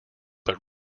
but